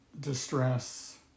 distress